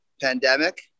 pandemic